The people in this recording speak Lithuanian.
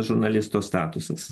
žurnalisto statusas